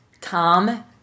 Tom